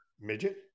midget